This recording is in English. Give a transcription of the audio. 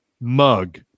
mug